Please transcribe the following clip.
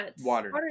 water